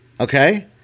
okay